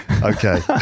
Okay